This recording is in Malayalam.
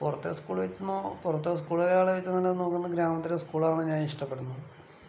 പുറത്തെ സ്കൂള് വച്ച് നോ പുറത്തെ സ്കൂളുകളെ വെച്ച് നോക്കുമ്പോൾ ഗ്രാമത്തിലെ സ്കൂളുകളാണ് ഞാൻ ഇഷ്ടപ്പെടുന്നത്